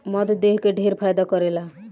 मध देह के ढेर फायदा करेला